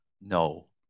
no